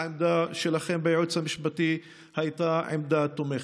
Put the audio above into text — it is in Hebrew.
העמדה שלכם בייעוץ המשפטי הייתה עמדה תומכת.